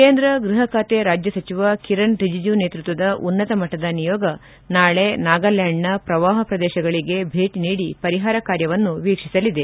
ಕೇಂದ್ರ ಗೃಹ ಖಾತೆ ರಾಜ್ಯ ಸಚಿವ ಕಿರಣ್ ರಿಜಿಜು ನೇತೃತ್ವದ ಉನ್ನತ ಮಟ್ಟದ ನಿಯೋಗ ನಾಳಿ ನಾಗಾಲ್ಖಾಂಡ್ನ ಪ್ರವಾಹ ಪ್ರದೇಶಗಳಿಗೆ ಭೇಟಿ ನೀಡಿ ಪರಿಹಾರ ಕಾರ್ಯವನ್ನು ವೀಕ್ಷಿಸಲಿದೆ